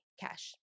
cash